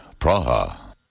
Praha